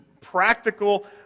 practical